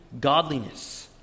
Godliness